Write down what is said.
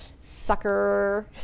sucker